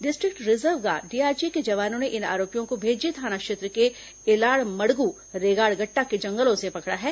district Reserve Guard DRG के जवानों ने इन आरोपियों को भेज्जी थाना क्षेत्र के एलाड़मड़गु रेगाड़गट्टा के जंगलों से पकड़ा है